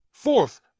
Fourth